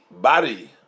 body